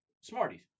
Smarties